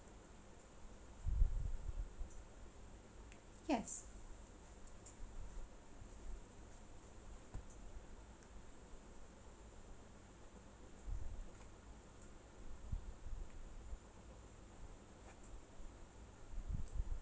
yes